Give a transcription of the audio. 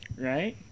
right